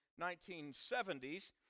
1970s